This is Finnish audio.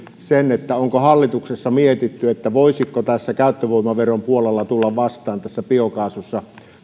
sen onko hallituksessa mietitty voisiko käyttövoimaveron puolella tulla vastaan tässä biokaasussa